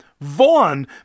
Vaughn